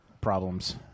problems